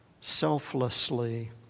selflessly